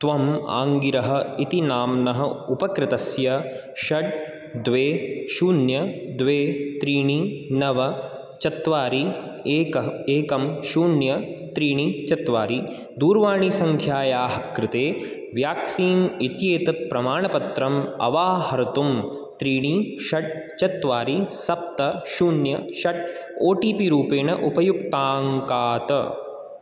त्वम् आङ्गिरः इति नाम्नः उपकृतस्य षट् द्वे शून्यं द्वे त्रीणि नव चत्वारि एकः एकं शून्यं त्रीणि चत्वारि दूरवाणीसङ्ख्यायाः कृते व्याक्सीन् इत्येतत् प्रमाणपत्रम् अवाहर्तुं त्रीणि षट् चत्वारि सप्त शून्य षट् ओटिपिरूपेण उपयुक्ताङ्कात्